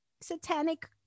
satanic